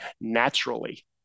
naturally